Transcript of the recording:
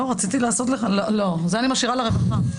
לא, זה מה משאירה לרווחה.